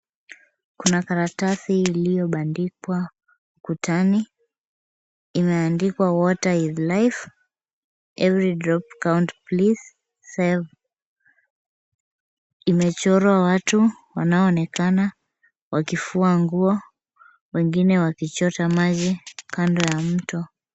Kuna karatasi iliyobandikwa ukutani. Imeandikwa water is life, every drop count please save . Imechorwa watu wanaoonekana wakifua nguo wengine wakichota maji kando ya mto.